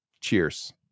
cheers